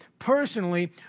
personally